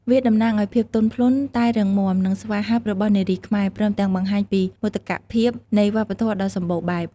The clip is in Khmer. វាតំណាងឱ្យភាពទន់ភ្លន់ តែរឹងមាំ និងស្វាហាប់របស់នារីខ្មែរ ព្រមទាំងបង្ហាញពីមោទកភាពនៃវប្បធម៌ដ៏សម្បូរបែប។